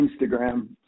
Instagram